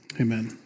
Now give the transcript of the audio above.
amen